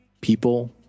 people